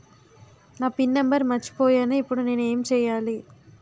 నా PIN number మర్చిపోయాను ఇప్పుడు నేను ఎంచేయాలి?